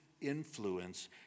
influence